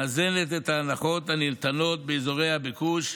ומאזנת את ההנחות הניתנות באזורי הביקוש,